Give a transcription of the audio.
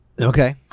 Okay